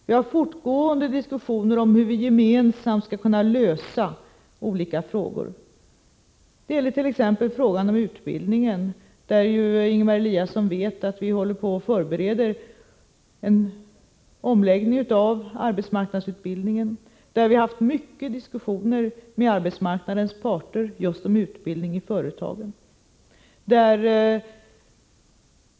Vi har fortgående diskussioner om hur vi gemensamt skall kunna lösa olika frågor. Det gäller t.ex. frågan om utbildningen, där Ingemar Eliasson vet att vi håller på att förbereda en omläggning av arbetsmarknadsutbildningen. Vi har haft många diskussioner med arbetsmarknadens parter om utbildning i företagen.